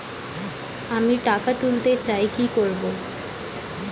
আমি টাকা তুলতে চাই কি করব?